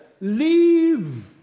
leave